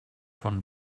von